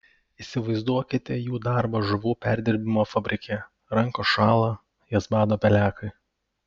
įsivaizduokite jų darbą žuvų perdirbimo fabrike rankos šąla jas bado pelekai